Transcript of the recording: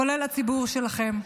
כולל הציבור שלכם?